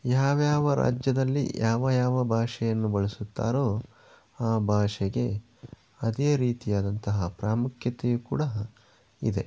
ಯಾವ್ಯಾವ ರಾಜ್ಯದಲ್ಲಿ ಯಾವ ಯಾವ ಭಾಷೆಯನ್ನು ಬಳಸುತ್ತಾರೋ ಆ ಭಾಷೆಗೆ ಅದೇ ರೀತಿಯಾದಂತಹ ಪ್ರಾಮುಖ್ಯತೆಯೂ ಕೂಡ ಇದೆ